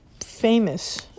famous